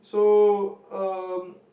so um